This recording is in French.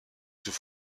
sous